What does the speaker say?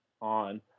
on